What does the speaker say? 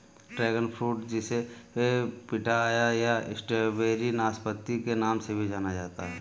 dragon fruit जिसे pitaya या strawberry नाशपाती के नाम से भी जाना जाता है